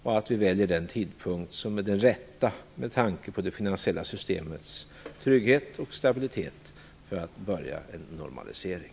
Vi skall välja den tidpunkt som är den rätta med tanke på det finansiella systemets trygghet och stabilitet för att börja en normalisering.